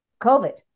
COVID